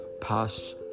pass